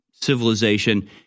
civilization